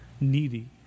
needy